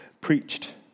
preached